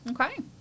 okay